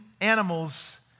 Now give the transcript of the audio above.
animals